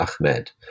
Ahmed